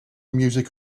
music